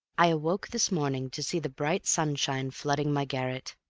i awoke this morning to see the bright sunshine flooding my garret.